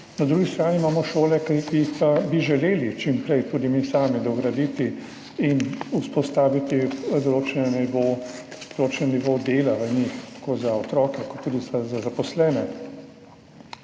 Na drugi strani imamo šole, ki pa bi jih želeli čim prej tudi mi sami dograditi in vzpostaviti določen nivo dela v njih, tako za otroke kot tudi za zaposlene.